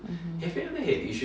mmhmm